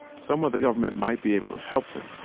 somewhere the government might be able to help them.